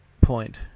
point